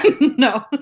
No